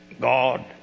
God